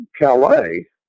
Calais